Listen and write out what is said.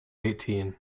eighteen